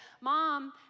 mom